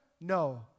no